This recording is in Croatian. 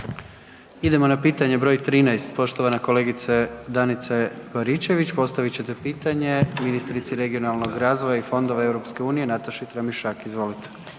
Idemo na pitanje broj 13, poštovana kolegica Danica Baričević postavit ćete pitanje ministrici regionalnog razvoja i fondova EU Nataši Tramišak. Izvolite.